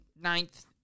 ninth